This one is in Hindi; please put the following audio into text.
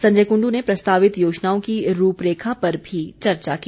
संजय कुंडू ने प्रस्तावित योजनाओं की रूपरेखा पर भी चर्चा की